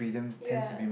ya